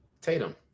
Tatum